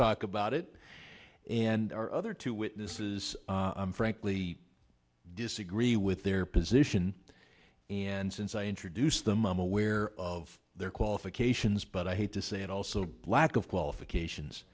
talk about it and our other two witnesses i'm frankly disagree with their position and since i introduced them i'm aware of their qualifications but i hate to say it also lack of qualifications